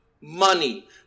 money